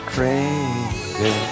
Crazy